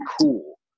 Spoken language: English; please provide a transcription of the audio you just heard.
cool